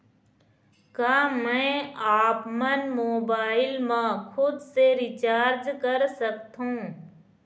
का मैं आपमन मोबाइल मा खुद से रिचार्ज कर सकथों?